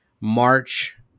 March